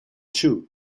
two